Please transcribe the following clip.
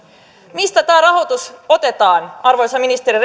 mistä tämä rahoitus otetaan arvoisa ministeri